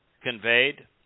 conveyed